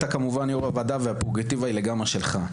אתה יו״ר הוועדה והפררוגטיבה היא לגמרי שלך.